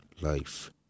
life